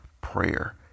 prayer